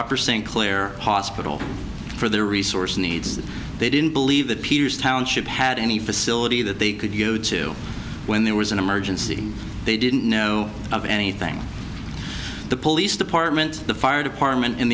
and claire hospital for their resource needs they didn't believe that piers township had any facility that they could go to when there was an emergency they didn't know of anything the police department the fire department in